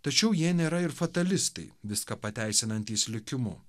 tačiau jie nėra ir fatalistai viską pateisinantys likimu